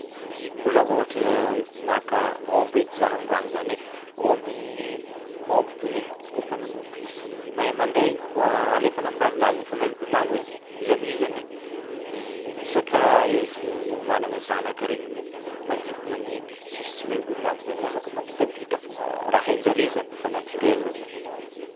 Biby malôha ôhatra maka ômby ijaha am'raha zany ai, ômby ômby kony ai kaofa nanomboko izy mahay mandeha igny koa a- alefanà am'rano laligny efa mahay milomagno edy igny zany hoe zany i- isaka izy managna zanaka regny mandimby mandimby tsisy tsy mahay milomagno zany hoe afaka mampitampita foagna raha hain-jare zany, efa naturel zany.